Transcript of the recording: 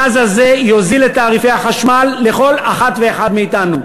הגז הזה יוזיל את תעריפי החשמל לכל אחת ואחד מאתנו.